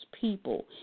people